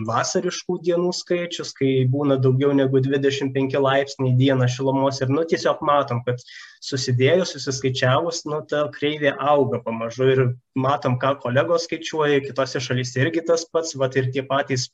vasariškų dienų skaičius kai būna daugiau negu dvidešim penki laipsniai dieną šilumos ir nu tiesiog matom kad susidėjus susiskaičiavus nu ta kreivė auga pamažu ir matom ką kolegos skaičiuoja kitose šalyse irgi tas pats vat ir tie patys